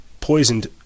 poisoned